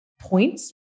points